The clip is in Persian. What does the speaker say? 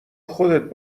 خودت